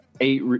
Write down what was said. Eight